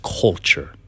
culture